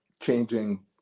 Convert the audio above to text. changing